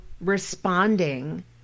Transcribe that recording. responding